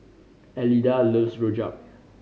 Elida loves Rojak